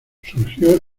surgió